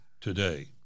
today